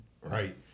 Right